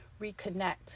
reconnect